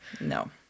no